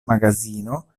magazino